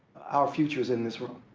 our future is in this room.